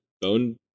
Bone